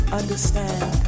understand